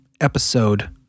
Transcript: episode